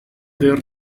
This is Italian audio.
del